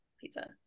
pizza